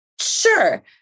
Sure